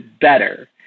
better